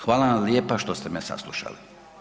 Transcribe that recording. Hvala vam lijepa što ste me saslušali.